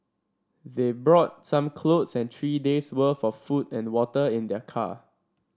they brought some clothes and three days' worth of food and water in their car